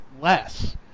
less